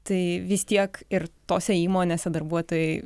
tai vis tiek ir tose įmonėse darbuotojai